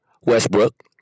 Westbrook